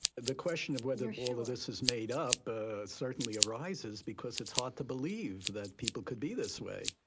the question of whether all of this is made up certainly arises because it's hard to believe that people could be this way.